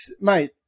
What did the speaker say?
mate